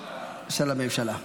הודעה של הממשלה.